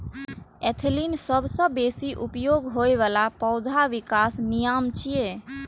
ethylene सबसं बेसी उपयोग होइ बला पौधा विकास नियामक छियै